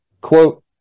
quote